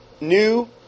new